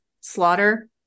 slaughter